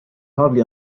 hardly